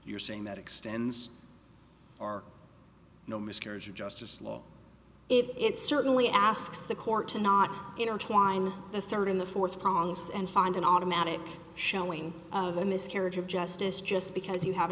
you're saying that extends or no miscarriage of justice law it certainly asks the court to not you know twine the third in the fourth prongs and find an automatic showing of the miscarriage of justice just because you have a